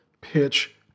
pitch